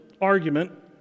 argument